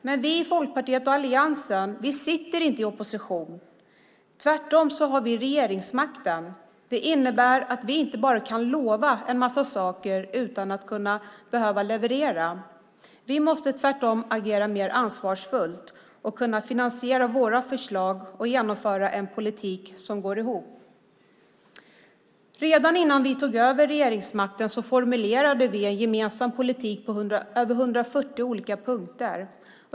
Men vi i Folkpartiet och alliansen sitter inte i opposition. Tvärtom har vi regeringsmakten. Det innebär att vi inte bara kan lova en massa saker utan att behöva leverera. Vi måste tvärtom agera mer ansvarsfullt, kunna finansiera våra förslag och genomföra en politik som går ihop. Redan innan vi tog över regeringsmakten formulerade vi en gemensam politik med över 140 olika punkter.